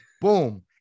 Boom